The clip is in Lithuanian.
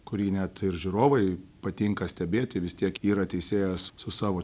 kurį net ir žiūrovai patinka stebėti vis tiek yra teisėjas su savo